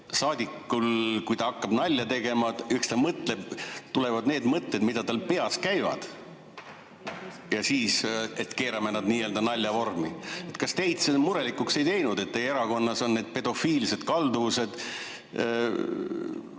saadikul, kui ta hakkab nalja tegema, tulevad need mõtted, mis tal peas käivad, ja siis keerab need nii-öelda nalja vormi. Kas teid see murelikuks ei teinud, et teie erakonnas on need pedofiilsed kalduvused,